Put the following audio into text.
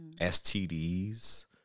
STDs